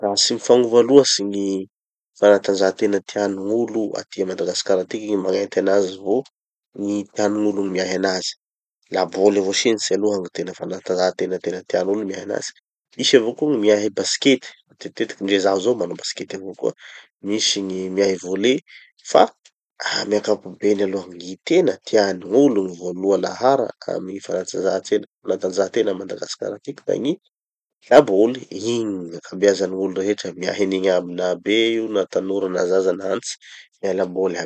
Da tsy mifagnova loatsy gny fanatanjahatena tian'olo aty a madagasikara atiky gny magnenty anazy vo gny tian'ny gn'olo gny miahy anazy. Laboly avao sinitsy aloha gny tena fanatanjahatena tena tian'olo miahy anazy. Misy avao koa gny miahy baskety matetitetiky, ndre zaho zao manao baskety avao koa, misy gny miahy volley, fa amy ankapobeny aloha gny tena tian'ny gn'olo gny voaloha lahara amy gny fanatanjahatena fanatanjahatena a madagasikara atiky da gny laboly. Igny gny akabeazan'olo rehetra da miahy anigny aby, na be io na tanorra na zaza antitsy, miahy laboly aby.